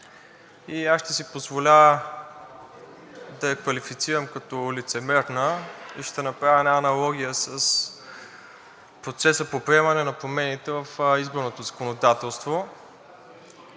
и ще си позволя да я квалифицирам като лицемерна и ще направя една аналогия с процеса по приемане на промените в изборното законодателство.